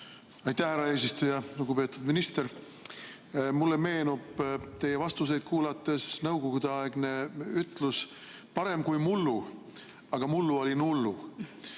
Aitäh, härra eesistuja! Lugupeetud minister! Mulle meenub teie vastuseid kuulates nõukogudeaegne ütlus "parem kui mullu", aga mullu oli nullu.